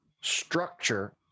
structure